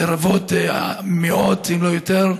רבבות, מאות, אם לא יותר,